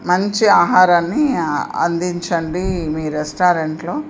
మంచి ఆహారాన్ని అందించండి మీ రెస్టారెంట్లో